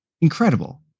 incredible